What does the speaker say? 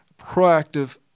proactive